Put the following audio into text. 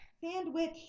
Sandwich